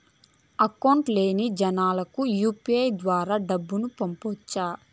Account లేని జనాలకు UPI ద్వారా డబ్బును పంపొచ్చా?